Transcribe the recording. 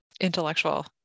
intellectual